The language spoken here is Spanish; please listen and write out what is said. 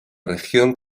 región